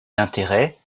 d’intérêt